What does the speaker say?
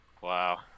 Wow